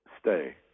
stay